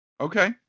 Okay